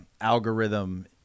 algorithm